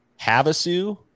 Havasu